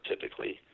typically